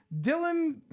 Dylan